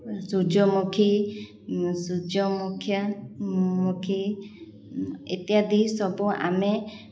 ସୂର୍ଯ୍ୟମୁଖୀ ସୂର୍ଯ୍ୟମୁଖୀ ଇତ୍ୟାଦି ସବୁ ଆମେ